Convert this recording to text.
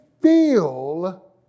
feel